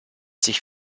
sich